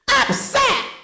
upset